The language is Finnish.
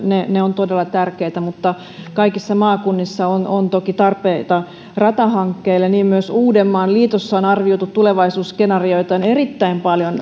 ne ne ovat todella tärkeitä mutta kaikissa maakunnissa on on toki tarpeita ratahankkeille ja niin myös uudenmaan liitossa on arvioitu tulevaisuusskenaarioita on erittäin paljon